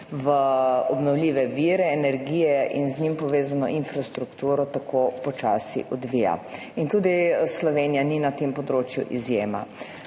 v obnovljive vire energije in z njimi povezano infrastrukturo tako počasi odvija. Tudi Slovenija ni na tem področju izjema.